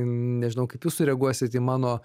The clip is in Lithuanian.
nežinau kaip jūs sureaguosit į mano